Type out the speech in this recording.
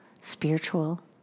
spiritual